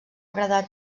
agradar